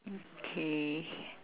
okay